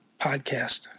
podcast